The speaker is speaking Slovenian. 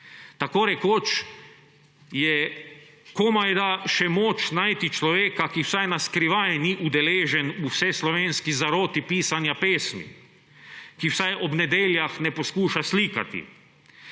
Tako rekoč je komajda še moč najti človeka, ki vsaj na skrivaj ni udeležen v vseslovenski zaroti pisanja pesmi, ki vsaj ob nedeljah ne poskuša slikati,